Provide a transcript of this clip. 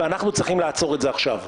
ואנחנו צריכים לעצור את זה עכשיו.